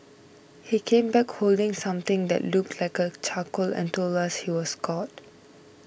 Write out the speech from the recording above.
he came back holding something that looked like a charcoal and told us he was god